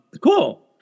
Cool